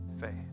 faith